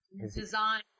design